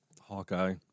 Hawkeye